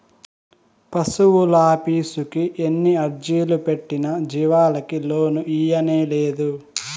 పశువులాఫీసుకి ఎన్ని అర్జీలు పెట్టినా జీవాలకి లోను ఇయ్యనేలేదు